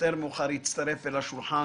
המנכ"לית, הגברת סמדר ברבר-צדיק.